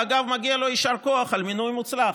אגב, מגיע לו יישר כוח על מינוי מוצלח.